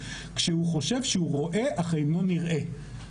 כשהוא חושב שהוא רואה אך אינו נראה.